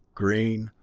green,